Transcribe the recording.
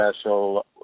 special